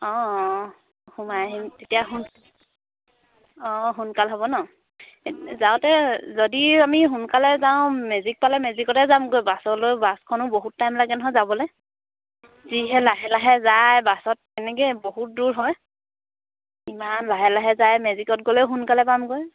অঁ অঁ সোমাই আহিম তেতিয়া অঁ সোনকাল হ'ব ন এই যাওঁতে যদি আমি সোনকালে যাওঁ মেজিক পালে মেজিকতে যামগৈ বাছলৈ বাছখনো বহুত টাইম লাগে নহয় যাবলৈ যিহে লাহে লাহে যায় বাছত তেনেকৈ বহুত দূৰ হয় ইমান লাহে লাহে যায় মেজিকত গ'লে সোনকালে পামগৈ